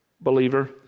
believer